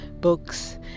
books